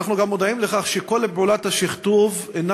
אנחנו גם מודעים לכך שכל פעולת השכתוב אינה